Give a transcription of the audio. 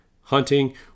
hunting